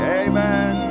amen